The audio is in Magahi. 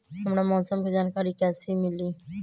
हमरा मौसम के जानकारी कैसी मिली?